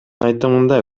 айтымында